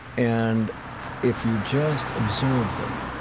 and if you just observe them,